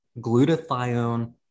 glutathione